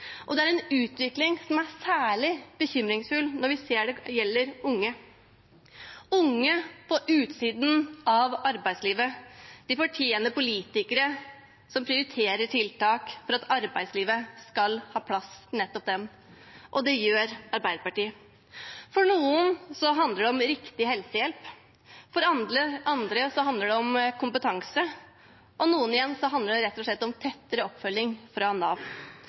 og det er en utvikling som er særlig bekymringsfull når vi ser det gjelder unge. Unge på utsiden av arbeidslivet fortjener politikere som prioriterer tiltak for at arbeidslivet skal ha plass til nettopp dem, og det gjør Arbeiderpartiet. For noen handler det om riktig helsehjelp, for andre handler det om kompetanse, og for noen igjen handler det rett og slett om tettere oppfølging fra Nav.